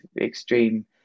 extreme